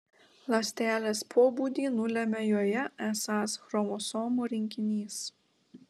ląstelės pobūdį nulemia joje esąs chromosomų rinkinys